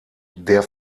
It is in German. der